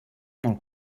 molt